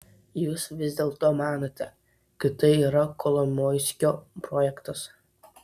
jūs vis dėlto manote kad tai yra kolomoiskio projektas